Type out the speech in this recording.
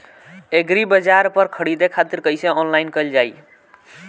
एग्रीबाजार पर खरीदे खातिर कइसे ऑनलाइन कइल जाए?